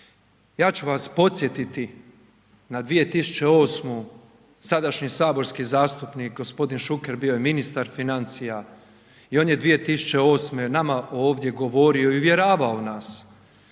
Ja ću vas podsjetiti na 2008. sadašnji saborski zastupnik gospodin Šuker bio je ministar financija i on je 2008. nama ovdje govorio i uvjeravao nas